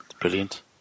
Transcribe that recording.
Brilliant